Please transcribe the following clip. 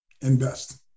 invest